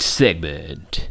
segment